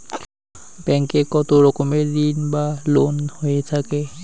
Bank এ কত রকমের ঋণ বা লোন হয়ে থাকে?